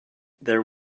there